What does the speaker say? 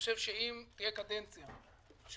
טבריה מיצוי הפוטנציאל התיירותי הוא הנמוך ביותר,